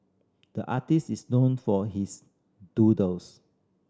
the artist is known for his doodles